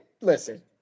Listen